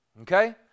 Okay